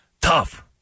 Tough